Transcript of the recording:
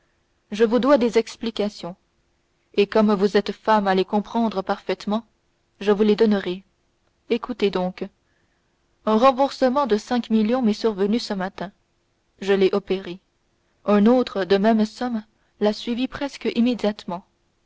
je vous dois des explications et comme vous êtes femme à les comprendre parfaitement je vous les donnerai écoutez donc un remboursement de cinq millions m'est survenu ce matin je l'ai opéré un autre de même somme l'a suivi presque immédiatement